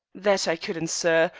that i couldn't, sir.